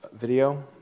video